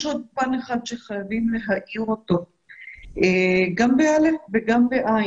יש עוד פן אחד שחייבים להאיר אותו גם ב-א' וגם ב-ע'